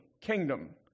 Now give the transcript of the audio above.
kingdom